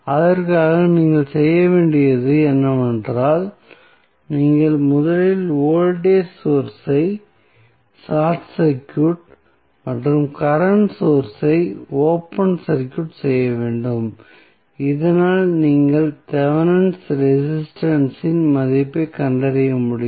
அதற்காக நீங்கள் செய்ய வேண்டியது என்னவென்றால் நீங்கள் முதலில் வோல்டேஜ் சோர்ஸ் ஐ ஷார்ட் சர்க்யூட் மற்றும் கரண்ட் சோர்ஸ் ஐ ஓபன் சர்க்யூட் செய்ய வேண்டும் இதனால் நீங்கள் தெவெனின் ரெசிஸ்டன்ஸ் இன் மதிப்பைக் கண்டறிய முடியும்